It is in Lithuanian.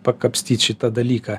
pakapstyt šitą dalyką